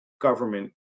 government